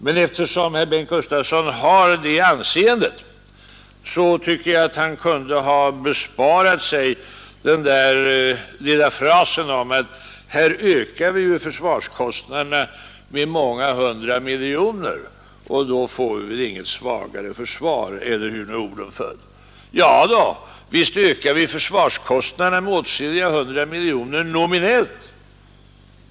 Men eftersom herr Bengt Gustavsson har det anseendet tycker jag, att han kunde ha besparat sig den där lilla frasen om att här ökar vi försvarskostnaderna med många hundra miljoner, och då får vi väl inget svagare försvar — eller hur orden föll. Visst ökar vi försvarskostnaderna med åtskilliga hundra miljoner — nominellt.